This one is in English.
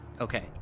Okay